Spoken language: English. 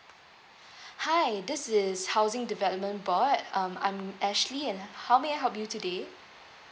hi this is housing development board um I'm ashley and how may I help you today